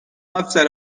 افسر